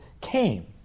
came